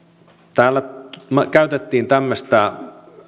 täällä käytettiin tämmöistä